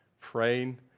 praying